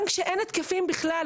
גם כשאין התקפים בכלל,